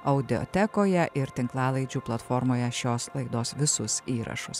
audiotekoje ir tinklalaidžių platformoje šios laidos visus įrašus